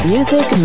Music